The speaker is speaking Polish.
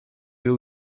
był